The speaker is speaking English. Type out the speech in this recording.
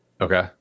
Okay